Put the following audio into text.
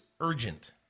urgent